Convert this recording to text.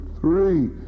three